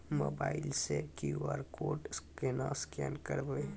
Mobile से QR code केना scan करबै?